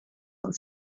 for